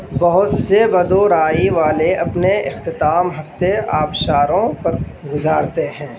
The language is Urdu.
بہت سے مدورائی والے اپنے اختتام ہفتے آبشاروں پر گزارتے ہیں